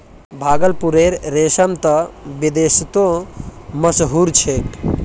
भागलपुरेर रेशम त विदेशतो मशहूर छेक